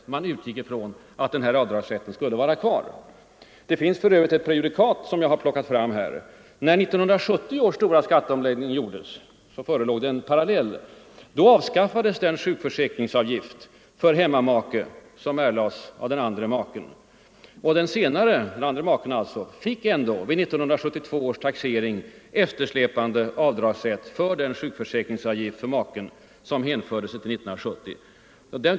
Alla utgick från att avdragsrätten skulle bibehållas. Det finns för övrigt ett prejudikat i detta avseende. När 1970 års stora skatteomläggning genomfördes förelåg en parallell. Då avskaffades avdragsrätten för hemmamakes sjukförsäkringsavgift, som erlades av den andra maken. Den senare fick ändå vid 1972 års taxering eftersläpande avdragsrätt för makens sjukförsäkringsavgift avseende år 1970.